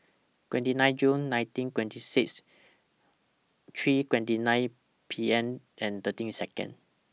twenty nine June nineteen twenty six three twenty nine P M and thirteen Second